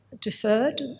deferred